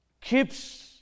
keeps